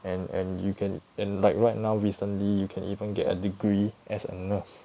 and and you can and like right now recently you can even get a degree as a nurse